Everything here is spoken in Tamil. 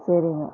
சரிங்க